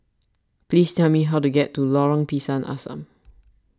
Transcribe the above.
please tell me how to get to Lorong Pisang Asam